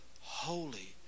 Holy